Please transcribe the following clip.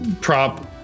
prop